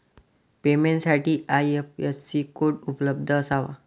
पेमेंटसाठी IFSC code उपलब्ध असावा